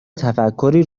تفکری